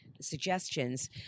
suggestions